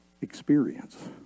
experience